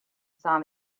saw